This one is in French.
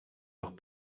leurs